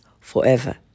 forever